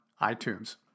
iTunes